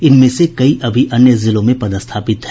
इनमें से कई अभी अन्य जिलों में पदस्थापित हैं